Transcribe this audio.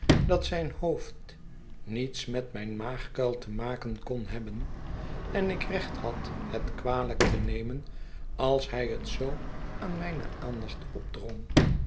dat zijn hoofd niets met mijn maagkuil te maken kon hebben en ik recht had het kwalijk te nemen als hij het zoo aan mijne aandacht opdrong